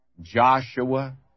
Joshua